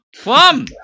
Plum